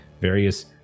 various